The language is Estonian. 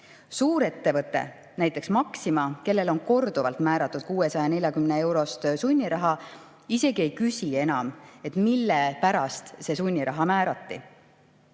Suurettevõte, näiteks Maxima, kellele on korduvalt määratud 640‑eurost sunniraha, isegi ei küsi enam, mille pärast see sunniraha määrati,